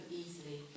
easily